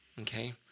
Okay